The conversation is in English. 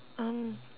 mm